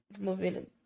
moving